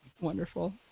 wonderful